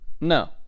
No